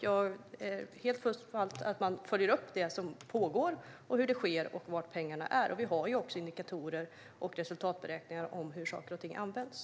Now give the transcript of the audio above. Jag är fullt och fast övertygad om att man följer upp det som pågår, vad som sker och var pengarna är. Vi har också indikatorer och resultatberäkningar för hur biståndet används.